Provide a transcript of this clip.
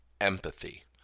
empathy